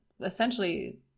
essentially